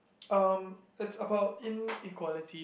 um it's about inequality